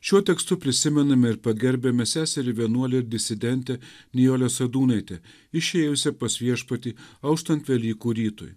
šiuo tekstu prisimename ir pagerbiame seserį vienuolę ir disidentę nijolę sadūnaitę išėjusią pas viešpatį auštant velykų rytui